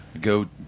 go